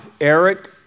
Eric